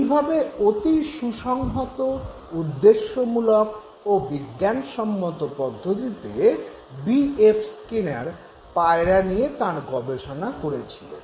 এইভাবে অতি সুসংহত উদ্দেশ্যমূলক ও বিজ্ঞানসম্মত পদ্ধতিতে বিএফ স্কিনার পায়রা নিয়ে তাঁর গবেষণা করেছিলেন